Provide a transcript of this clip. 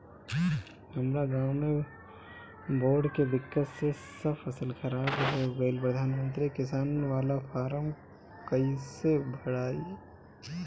हमरा गांव मे बॉढ़ के दिक्कत से सब फसल खराब हो गईल प्रधानमंत्री किसान बाला फर्म कैसे भड़ाई?